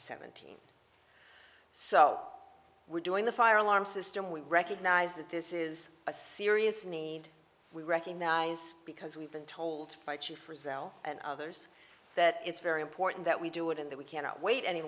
seventeen so we're doing the fire alarm system we recognize that this is a serious need we recognize because we've been told by chief rozelle and others that it's very important that we do it in that we cannot wait any